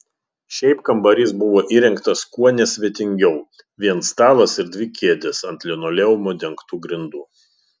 šiaip kambarys buvo įrengtas kuo nesvetingiau vien stalas ir dvi kėdės ant linoleumu dengtų grindų